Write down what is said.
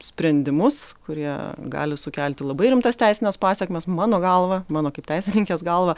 sprendimus kurie gali sukelti labai rimtas teisines pasekmes mano galva mano kaip teisininkės galva